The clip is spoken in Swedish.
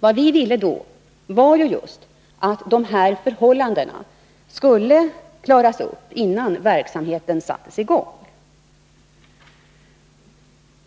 Vad vi ville när beslutet togs var just att de här förhållandena skulle klaras upp innan verksamheten sattes i gång.